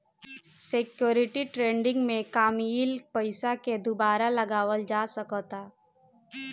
security trading में कामयिल पइसा के दुबारा लगावल जा सकऽता